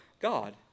God